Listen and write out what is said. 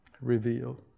Reveal